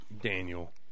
Daniel